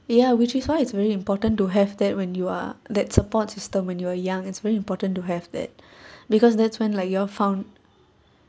ya which is why it's very important to have that when you are that support system when you are young it's very important to have that because that's when like you're found